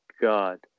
God